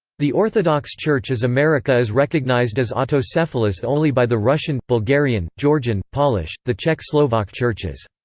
the orthodox church is america is recognised as autocephalous only by the russian, bulgarian, georgian, polish, the czech-slovak churches.